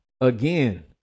again